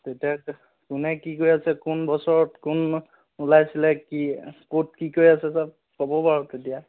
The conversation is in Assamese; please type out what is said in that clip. তেতিয়া কোনে কি কৰি আছে কোন বছৰত কোন ওলাইছিলে কি কোনে ক'ত কি কৰি আছে চব ক'ব বাৰু তেতিয়া